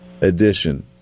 edition